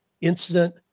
incident